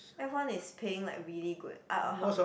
F one is paying like really good I'll help you